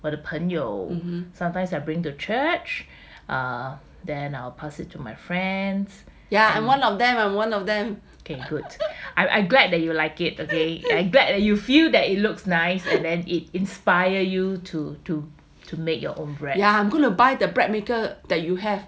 ya and I'm one of them are one of them ya I'm going to buy the breadmaker that you have